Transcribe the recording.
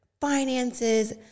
finances